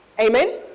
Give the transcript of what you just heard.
Amen